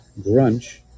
Grunch